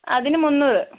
അതിന് മുന്നൂറ്